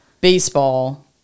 baseball